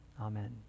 amen